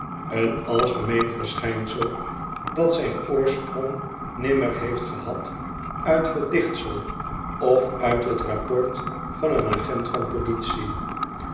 een algemeen verschijnsel dat zijn oorsprong nimmer heeft gehad uit verdichtsel of uit t rapport van een agent van politie